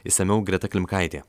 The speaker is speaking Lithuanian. išsamiau greta klimkaitė